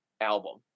album